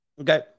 Okay